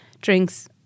drinks